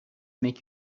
make